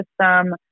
system